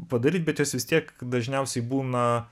padaryti bet jos vis tiek dažniausiai būna